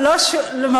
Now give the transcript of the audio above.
מאז ולעולם.